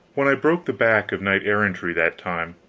when i broke the back of knight-errantry that time,